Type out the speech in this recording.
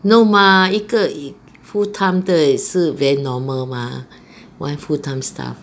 no mah 一个 full time 的也是 very normal mah one full time staff